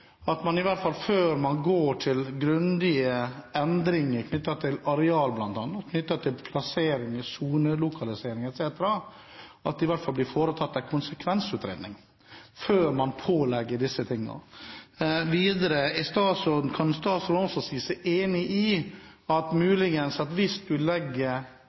at det – før man går til grundige endringer knyttet til bl.a. areal, plassering, sonelokalisering etc. – blir foretatt en konsekvensutredning før man pålegger disse tingene? Videre: Kan statsråden også si seg enig i at hvis